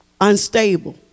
Unstable